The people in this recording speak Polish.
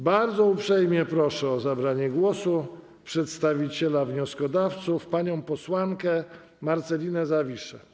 Bardzo uprzejmie proszę o zabranie głosu przedstawiciela wnioskodawców panią posłankę Marcelinę Zawiszę.